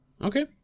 Okay